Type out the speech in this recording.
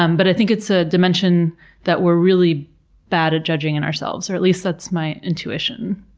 um but i think it's a dimension that we're really bad at judging in ourselves, or at least that's my intuition.